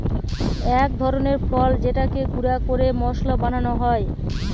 এক ধরনের ফল যেটাকে গুঁড়া করে মশলা বানানো হয়